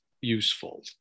useful